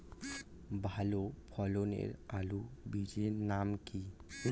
ভালো ফলনের আলুর বীজের নাম কি?